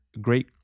great